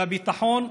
והביטחון,